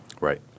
Right